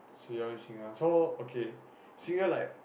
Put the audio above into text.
so you want me sing ah so okay singer like